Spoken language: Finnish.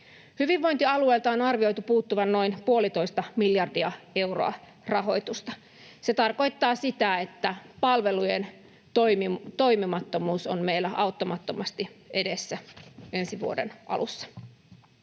Hyvinvointialueilta on arvioitu puuttuvan noin 1,5 miljardia euroa rahoitusta. Se tarkoittaa sitä, että palvelujen toimimattomuus on meillä auttamattomasti edessä ensi vuoden alussa.